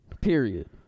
period